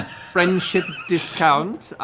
friendship discount,